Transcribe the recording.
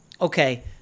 okay